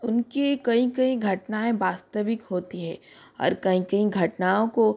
उनकी कई कई घटनाऍं वास्तविक होती है ओर कहीं कहीं घटनाओं को